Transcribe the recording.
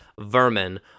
vermin